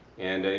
and and